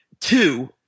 two